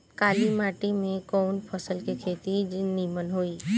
काली माटी में कवन फसल के खेती नीमन होई?